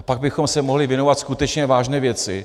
A pak bychom se mohli věnovat skutečně vážné věci.